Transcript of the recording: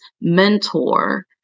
mentor